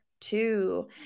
two